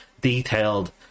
detailed